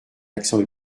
accent